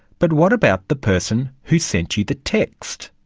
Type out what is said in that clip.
but what about the person who sent you the text?